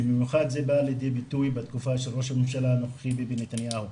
ובמיוחד זה בא לידי ביטוי בתקופה של ראש הממשלה הנוכחי ביבי נתניהו.